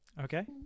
okay